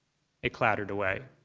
it clattered away.